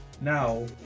Now